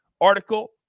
article